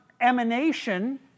emanation